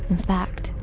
in fact,